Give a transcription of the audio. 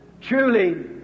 Truly